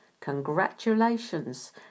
Congratulations